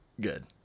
Good